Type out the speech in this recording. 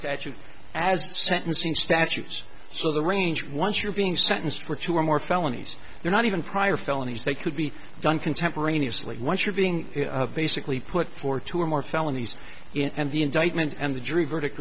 statute as the sentencing statutes so the range once you're being sentenced for two or more felonies you're not even prior felonies they could be done contemporaneously once you're being basically put for two or more felonies and the indictment and the jury verdict